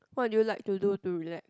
what do you like to do to relax